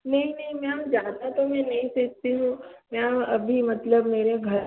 नहीं नहीं मैम ज़्यादा तो मैं नहीं सकती हूँ मैम अभी मतलब मेरे घर